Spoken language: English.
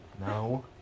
No